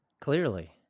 Clearly